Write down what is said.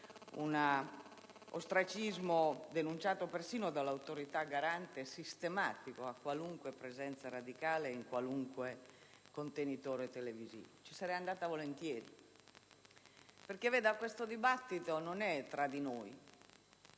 sistematico, denunciato persino dall'Autorità garante, a qualunque presenza radicale in qualunque contenitore televisivo. Ci sarei andata volentieri perché questo dibattito non è tra di noi,